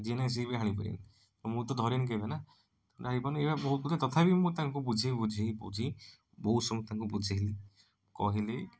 ଯିଏ ନାହିଁ ସିଏ ବି ହାଣି ପାରିବ ମୁଁ ତ ଧରିନି କେବେ ନା ନା ହେଇ ପାରୁନି ଏୟା ବହୁତ ତଥାପି ମୁଁ ତାଙ୍କୁ ବୁଝାଇ ବୁଝାଇ କହୁଛି ବହୁତ ସମୟ ତାଙ୍କୁ ବୁଝାଇଲି କହିଲି